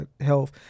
health